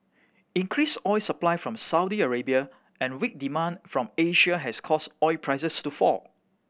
increased oil supply from Saudi Arabia and weak demand from Asia has caused oil prices to fall